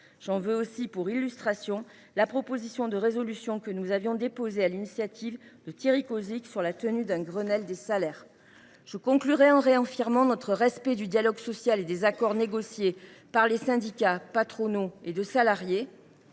J’en veux d’ailleurs pour preuve la proposition de résolution que nous avons déposée, sur l’initiative de Thierry Cozic, relative à la tenue d’un Grenelle des salaires. Je conclurai en réaffirmant notre respect du dialogue social et des accords négociés par les syndicats patronaux et de salariés.